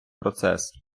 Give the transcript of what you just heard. процес